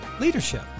leadership